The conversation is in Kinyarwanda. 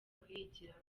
kuyigiraho